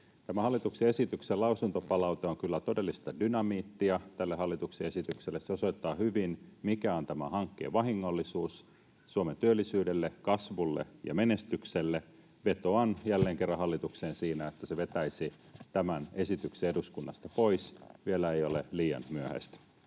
hallituksen esityksen lausuntopalaute on kyllä todellista dynamiittia tälle hallituksen esitykselle. Se osoittaa hyvin, mikä on tämän hankkeen vahingollisuus Suomen työllisyydelle, kasvulle ja menestykselle. Vetoan jälleen kerran hallitukseen siinä, että se vetäisi tämän esityksen eduskunnasta pois. Vielä ei ole liian myöhäistä.